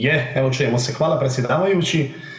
Je, evo čujemo se, hvala predsjedavajući.